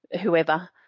whoever